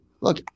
Look